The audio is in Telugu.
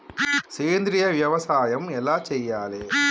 సేంద్రీయ వ్యవసాయం ఎలా చెయ్యాలే?